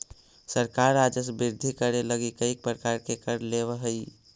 सरकार राजस्व वृद्धि करे लगी कईक प्रकार के कर लेवऽ हई